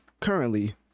currently